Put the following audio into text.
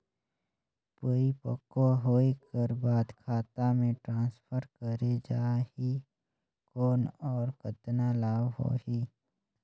परिपक्व होय कर बाद खाता मे ट्रांसफर करे जा ही कौन और कतना लाभ होही?